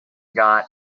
got